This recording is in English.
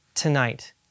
tonight